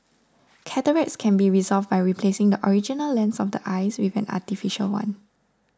cataracts can be resolved by replacing the original lens of the eye with an artificial one